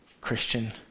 Christian